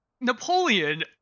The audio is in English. Napoleon